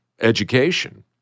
education